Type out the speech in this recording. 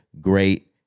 great